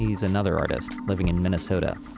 he's another artist living in minnesota,